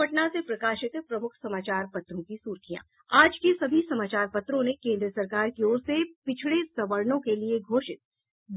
अब पटना से प्रकाशित प्रमुख समाचार पत्रों की सुर्खियां आज के सभी समाचार पत्रों ने केन्द्र सरकार की ओर से पिछड़े सवर्णो के लिए घोषित